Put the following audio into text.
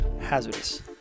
hazardous